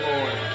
Lord